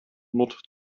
nord